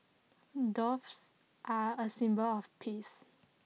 doves are A symbol of peace